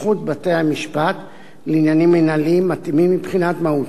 בתי-המשפט לעניינים מינהליים מתאימים מבחינת מהותם